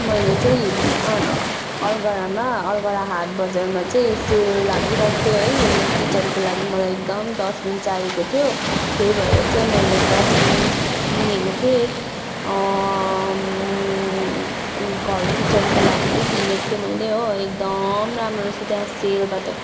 मैले चाहिँ अलगडामा अलगाडा हाट बजारमा चाहिँ सेल लागिरहेको थियो है किचनको लागि मलाई एकदम डस्टबिन चाहिएको थियो त्यही भएर चाहिँ मैले डस्टबिन किनेको थिएँ घर किचनको लागि चाहिँ किनेको थिएँ मैले हो एकदम राम्रो रहेछ त्यहाँ सेलबाट